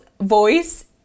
voice